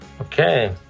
Okay